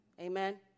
Amen